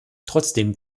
trotzdem